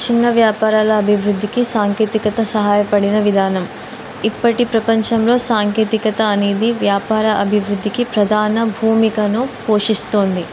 చిన్న వ్యాపారాల అభివృద్ధికి సాంకేతికత సహాయపడిన విధానం ఇప్పటి ప్రపంచంలో సాంకేతికత అనేది వ్యాపార అభివృద్ధికి ప్రధాన భూమికను పోషిస్తోంది